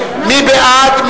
מי בעד,